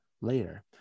later